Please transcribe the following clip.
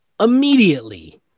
Immediately